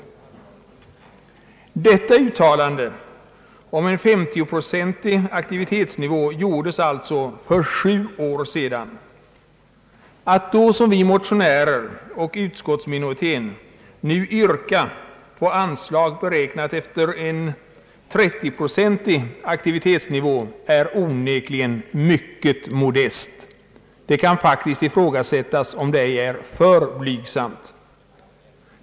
Uttalandet om en 50-procentig aktivitetsnivå gjordes alltså för flera år sedan. Att då, som vi motionärer och utskottsminoriteten gör, nu yrka på ett anslag beräknat efter en 30-procentig aktivitetsnivå är onekligen mycket modest. Det kan faktiskt ifrågasättas om det ej är för blygsamt.